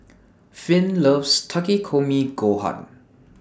Finn loves Takikomi Gohan